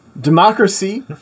Democracy